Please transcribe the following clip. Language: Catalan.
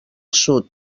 sud